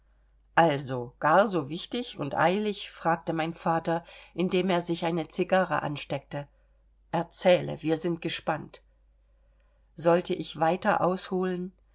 also gar so wichtig und eilig fragte mein vater indem er sich eine cigarre ansteckte erzähle wir sind gespannt sollte ich weiter ausholen